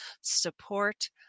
support